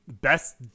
best